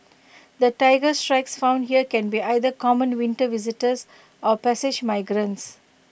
the Tiger Shrikes found here can be either common winter visitors or passage migrants